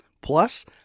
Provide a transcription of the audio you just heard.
Plus